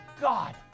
God